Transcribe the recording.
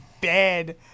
bad